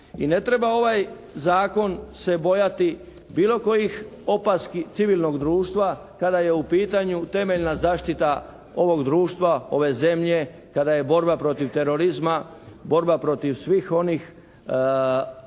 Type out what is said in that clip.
I ne treba ovaj zakon se bojati bilo kojih opaski civilnog društva kada je u pitanju temeljna zaštita ovog društva, ove zemlje, kada je borba protiv terorizma, borba protiv svih onih ugrozbi